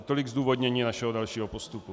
Tolik zdůvodnění našeho dalšího postupu.